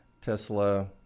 Tesla